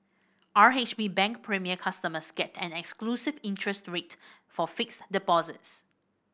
R H B Bank Premier customers get an exclusive interest rate for fixed deposits